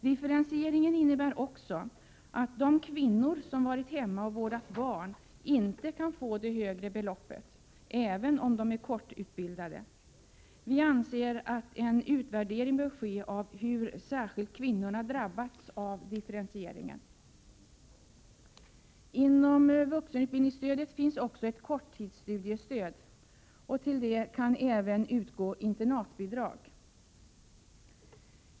Differentieringen innebär också att de kvinnor som varit hemma och vårdat barn inte kan få det högre beloppet, även om de är kortutbildade. Vi anser att en utvärdering bör ske av hur särskilt kvinnorna drabbats av differentieringen. Inom vuxenutbildningsstödet finns också ett korttidsstudiestöd. Till detta kan även utgå internatbidrag.